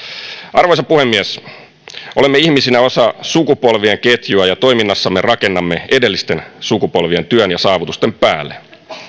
arvoisa puhemies olemme ihmisinä osa sukupolvien ketjua ja toiminnassamme rakennamme edellisten sukupolvien työn ja saavutusten päälle